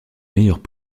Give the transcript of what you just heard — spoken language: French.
meilleures